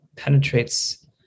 penetrates